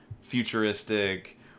futuristic